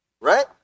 right